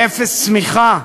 באפס צמיחה,